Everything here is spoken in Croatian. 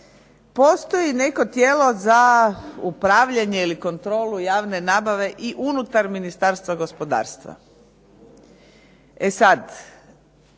postoji neko tijelo za upravljanje ili kontrolu javne nabave i unutar Ministarstva gospodarstva. E sad,